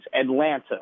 Atlanta